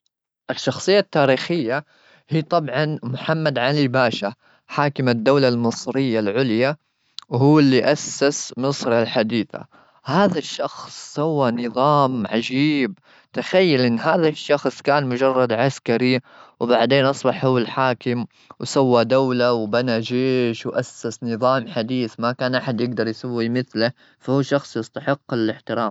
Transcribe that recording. الشخصية التاريخية هي طبعًا محمد علي باشا. حاكم الدولة المصرية العليا. وهو اللي أسس مصر الحديثة. هذا الشخص سوى نظام عجيب. تخيل أن هذا الشخص كان مجرد عسكري وبعدين أصبح هو الحاكم. وسوى دولة وبنى جيش وأسس نظام حديث. ما كان أحد يقدر يسوي مثله. فهو شخص يستحق الاحترام.